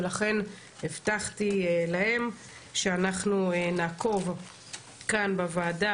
ולכן הבטחתי להן שאנחנו נעקוב כאן בוועדה